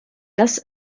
das